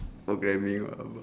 programming